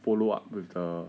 follow up with the